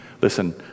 Listen